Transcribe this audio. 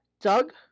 Doug